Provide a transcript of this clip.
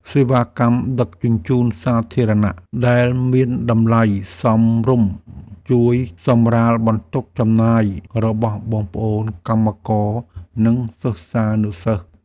សេវាកម្មដឹកជញ្ជូនសាធារណៈដែលមានតម្លៃសមរម្យជួយសម្រាលបន្ទុកចំណាយរបស់បងប្អូនកម្មករនិងសិស្សានុសិស្ស។